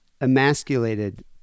emasculated